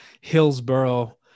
Hillsboro